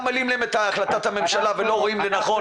גם מעלים להם עם החלטת הממשלה וגם לא רואים לנכון